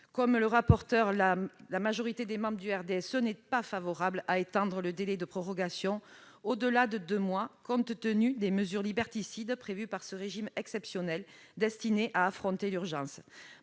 de M. le rapporteur, la majorité des membres du groupe du RDSE n'est pas favorable au fait d'étendre le délai de prorogation au-delà de deux mois, compte tenu des mesures liberticides prévues par ce régime exceptionnel destiné à affronter l'urgence.